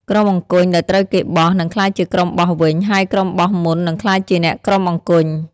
ក្រុមអង្គញ់ដែលត្រូវគេបោះ នឹងក្លាយជាក្រុមបោះវិញ ហើយក្រុមបោះមុននឹងក្លាយជាក្រុមអង្គញ់ ។